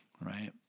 right